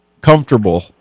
comfortable